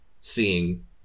seeing